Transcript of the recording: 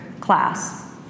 class